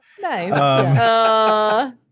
Nice